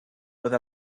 with